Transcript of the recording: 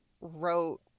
wrote